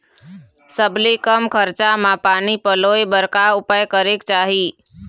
सबले कम खरचा मा पानी पलोए बर का उपाय करेक चाही?